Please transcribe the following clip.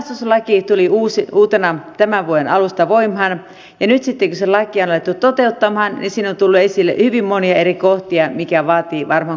kalastuslaki tuli uutena tämän vuoden alusta voimaan ja nyt sitten kun sitä lakia on alettu toteuttamaan siinä on tullut esille hyvin monia eri kohtia mitkä vaativat varmaan korjaamista